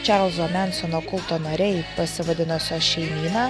čarlzo mensono kulto nariai pasivadinusio šeimyna